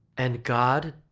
and god.